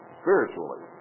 spiritually